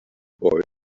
boy